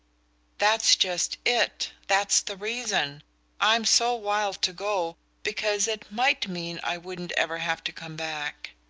that's just it that's the reason i'm so wild to go because it might mean i wouldn't ever have to come back.